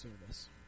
service